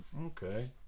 Okay